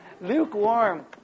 Lukewarm